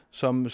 som